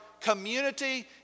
community